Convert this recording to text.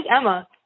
Emma